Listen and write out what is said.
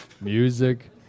music